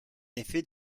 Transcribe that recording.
effet